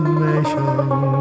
nation